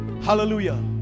Hallelujah